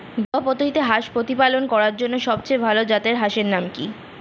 ঘরোয়া পদ্ধতিতে হাঁস প্রতিপালন করার জন্য সবথেকে ভাল জাতের হাঁসের নাম কি?